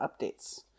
updates